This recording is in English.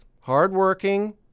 hardworking